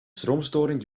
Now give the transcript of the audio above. stroomstoring